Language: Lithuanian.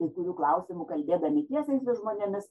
kai kurių klausimų kalbėdami tiesiai su žmonėmis